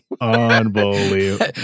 Unbelievable